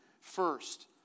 first